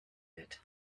wird